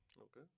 Okay